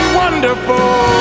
wonderful